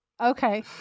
okay